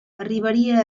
arribaria